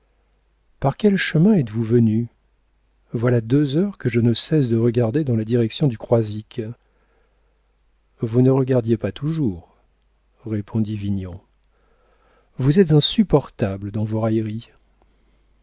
par quel chemin êtes-vous venu voilà deux heures que je ne cesse de regarder dans la direction du croisic vous ne regardiez pas toujours répondit vignon vous êtes insupportable dans vos railleries